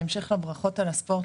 בהמשך לברכות על הספורט,